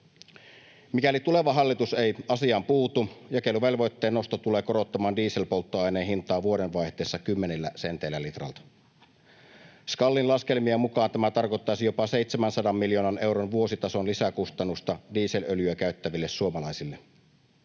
Mikäli tuleva hallitus ei asiaan puutu, jakeluvelvoitteen nosto tulee korottamaan dieselpolttoaineen hintaa vuodenvaihteessa kymmenillä senteillä litralta. SKALin laskelmien mukaan tämä tarkoittaisi jopa 700 miljoonan euron vuositason lisäkustannusta dieselöljyä käyttäville suomalaisille.